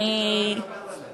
אין שר, אני, אין ממשלה לדבר אליה.